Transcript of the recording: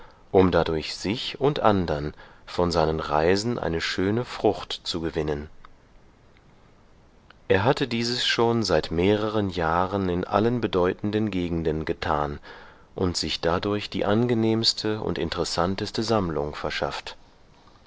um dadurch sich und andern von seinen reisen eine schöne frucht zu gewinnen er hatte dieses schon seit mehreren jahren in allen bedeutenden gegenden getan und sich dadurch die angenehmste und interessanteste sammlung verschafft